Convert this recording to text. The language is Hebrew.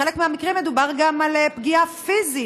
בחלק מהמקרים מדובר גם על פגיעה פיזית,